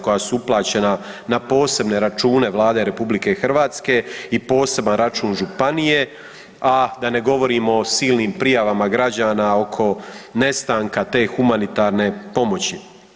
koja su uplaćena na posebne račune Vlade RH i poseban račun županije, a da ne govorimo o silnim prijavama građana oko nestanka te humanitarne pomoći.